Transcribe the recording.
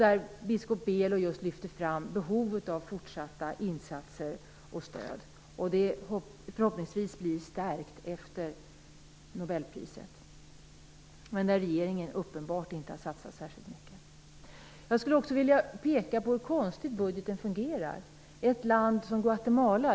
Biskop Belo lyfte fram just behovet av fortsatta insatser och stöd. Förhoppningsvis blir det stärkt efter Nobelpriset. Men regeringen har uppenbart inte satsat särskilt mycket. Jag skulle också vilja peka på hur konstigt budgeten fungerar, t.ex. när det gäller ett land som Guatemala.